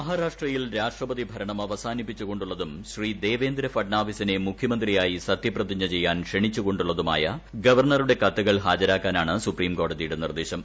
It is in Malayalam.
മഹാരാഷ്ട്രയിൽ രാഷ്ട്രപതി ഭരണം അവസാനിപ്പിച്ചുകൊണ്ടുള്ളതും ശ്രീ ദേവേന്ദ്ര ഫഡ്നാവിസിനെ മുഖ്യമന്ത്രിയായി സത്യപ്രതിജ്ഞ ചെയ്യാൻ ക്ഷണിച്ചു കൊണ്ടുള്ളതുമായ ഗവർണറുടെ കത്തുകൾ ഹാജരാക്കാനാണ് സുപ്രീംകോടതിയുടെ നിർദ്ദേശം